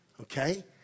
okay